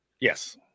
Yes